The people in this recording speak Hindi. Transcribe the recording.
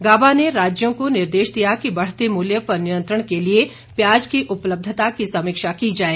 गाबा ने राज्यों को निर्देश दिया कि बढ़ते मूल्य पर नियंत्रण के लिए प्याज की उपलब्धता की समीक्षा की जाए